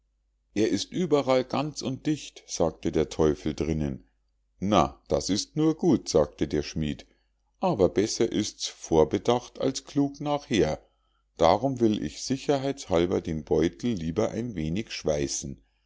er ist überall ganz und dicht sagte der teufel drinnen na das ist nur gut sagte der schmied aber besser ist's vorbedacht als klug nachher darum will ich sicherheits halber den beutel lieber ein wenig schweißen